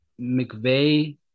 McVeigh